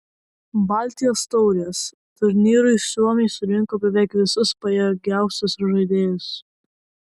baltijos taurės turnyrui suomiai surinko beveik visus pajėgiausius žaidėjus